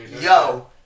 yo